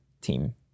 team